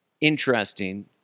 interesting